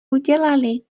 udělali